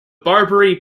barbary